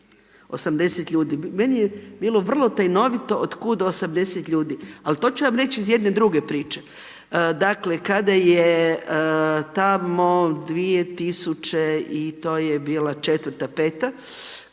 80 ljudi. Meni je bilo vrlo tajnovito otkud 80 ljudi. Ali to ću vam reći iz jedne druge priče. Dakle kada je tamo 2004., 2005., kada je